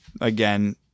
again